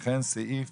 וכן סעיף